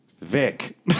Vic